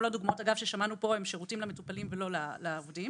כל הדוגמאות ששמענו פה הם שירותים למטופלים ולא לעובדים